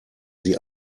sie